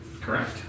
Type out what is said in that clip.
Correct